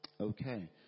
Okay